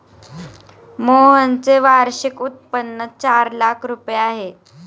मोहनचे वार्षिक उत्पन्न चार लाख रुपये आहे